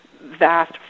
Vast